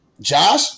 Josh